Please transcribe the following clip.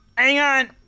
hang on!